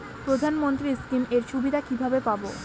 প্রধানমন্ত্রী স্কীম এর সুবিধা কিভাবে পাবো?